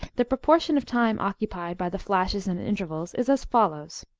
the proportion of time occupied by the flashes and intervals is as follows.